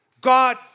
God